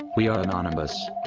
we are anonymous.